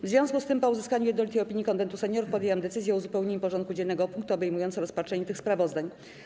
W związku z tym, po uzyskaniu jednolitej opinii Konwentu Seniorów, podjęłam decyzję o uzupełnieniu porządku dziennego o punkty obejmujące rozpatrzenie tych sprawozdań.